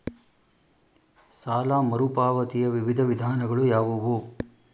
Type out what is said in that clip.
ಸಾಲ ಮರುಪಾವತಿಯ ವಿವಿಧ ವಿಧಾನಗಳು ಯಾವುವು?